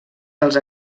dels